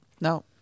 No